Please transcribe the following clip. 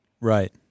Right